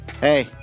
Hey